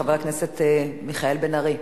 חבר הכנסת מיכאל בן-ארי.